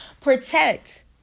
protect